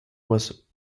was